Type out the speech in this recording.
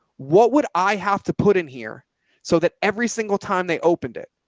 what would i have to put in here so that every single time they opened it,